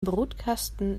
brutkasten